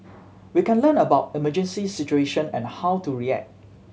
we can learn about emergency situation and how to react